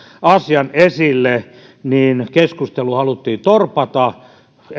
asian esille niin keskustelu haluttiin torpata